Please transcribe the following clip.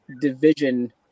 division